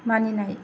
मानिनाय